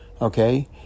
Okay